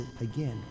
again